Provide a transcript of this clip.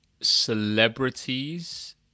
celebrities